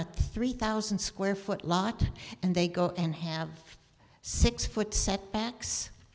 a three thousand square foot lot and they go and have six foot setbacks